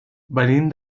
venim